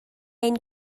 ein